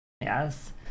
Yes